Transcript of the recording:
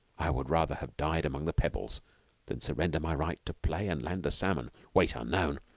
i would rather have died among the pebbles than surrender my right to play and land a salmon, weight unknown,